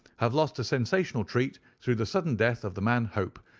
have lost a sensational treat through the sudden death of the man hope,